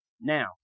Now